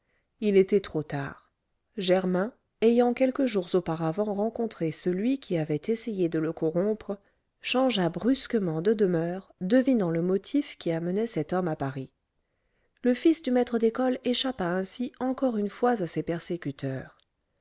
il était trop tard germain ayant quelques jours auparavant rencontré celui qui avait essayé de le corrompre changea brusquement de demeure devinant le motif qui amenait cet homme à paris le fils du maître d'école échappa ainsi encore une fois à ses persécuteurs